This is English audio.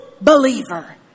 believer